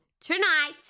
tonight